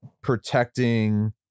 protecting